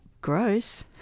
gross